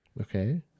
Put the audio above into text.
okay